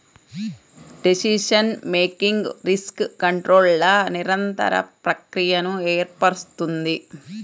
decision making risk కంట్రోల్ల నిరంతర ప్రక్రియను ఏర్పరుస్తుంది